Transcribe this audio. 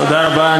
תודה רבה.